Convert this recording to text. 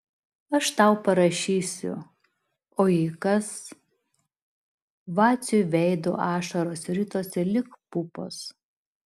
aš tau parašysiu o jei kas vaciui veidu ašaros ritosi lyg pupos